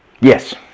Yes